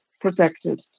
protected